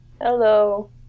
Hello